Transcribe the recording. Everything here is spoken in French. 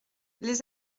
les